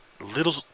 Little